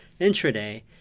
intraday